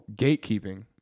gatekeeping